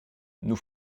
nous